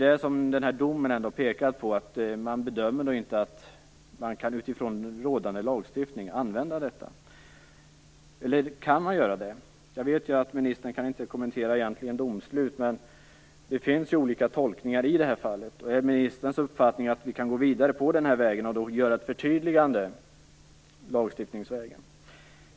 Den nämnda domen pekar på att man utifrån gällande lagstiftning inte kan hävda detta. Eller kan man göra det? Jag vet att ministern egentligen inte kan kommentera domslut, men det finns olika tolkningar i det här avseendet. Är det ministerns uppfattning att vi kan gå vidare med detta och göra ett förtydligande lagstiftningsvägen?